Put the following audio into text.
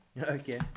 Okay